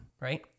right